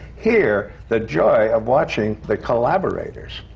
here, the joy of watching the collaborators.